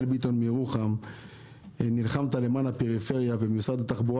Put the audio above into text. ביטון מירוחם נלחמת למען הפריפריה ומשרד התחבורה,